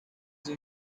huge